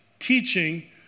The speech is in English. teaching